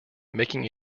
making